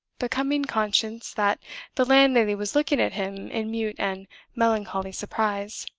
becoming conscious that the landlady was looking at him in mute and melancholy surprise.